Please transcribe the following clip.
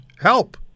help